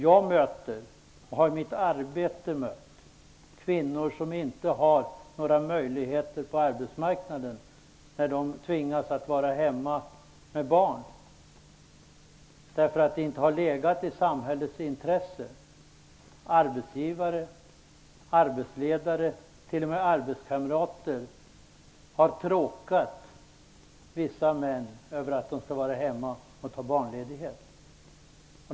Jag har i mitt arbete mött kvinnor som inte har några möjligheter på arbetsmarknaden utan har tvingats att vara hemma med barn, därför att det inte har legat i samhällets intresse. Arbetsgivare, arbetsledare, t.o.m. arbetskamrater har tråkat vissa män för att de velat ta ut barnledighet och vara hemma.